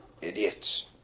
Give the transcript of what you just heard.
Idiots